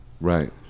Right